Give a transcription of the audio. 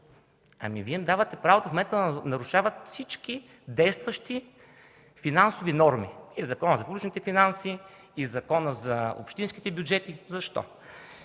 момента им давате право да нарушават всички действащи финансови норми – Закона за публичните финанси, Закона за общинските бюджети. Защо?